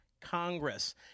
Congress